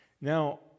now